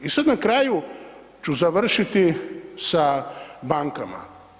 I sad na kraju ću završiti sa bankama.